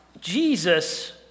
Jesus